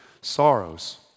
sorrows